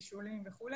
בישולים וכו',